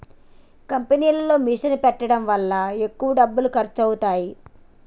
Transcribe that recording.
కంపెనీలో మిషన్ పెట్టడం వల్ల ఎక్కువ డబ్బులు ఖర్చు అవుతాయి